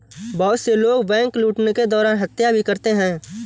बहुत से लोग बैंक लूटने के दौरान हत्या भी करते हैं